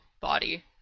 body